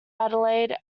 adelaide